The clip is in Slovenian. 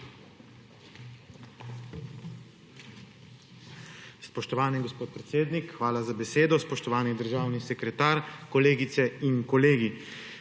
Spoštovani gospod predsednik, hvala za besedo. Spoštovani državni sekretar, kolegice in kolegi!